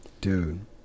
Dude